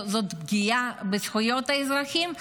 זאת פגיעה בזכויות האזרחים,